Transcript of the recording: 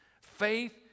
faith